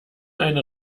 eine